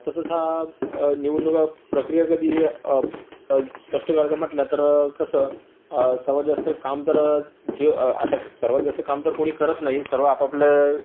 तसंच हा निवडणुका प्रक्रिया कधी स्पष्ट करायच्या म्हटल्या तर कसं सर्वात जास्त काम तर जे आता सर्वात जास्त काम तर कोणी करत नाही सर्व आपआपलं